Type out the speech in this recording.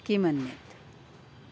किमन्यत्